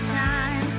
time